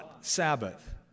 Sabbath